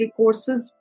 courses